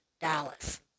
Dallas